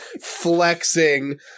flexing